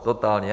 Totální.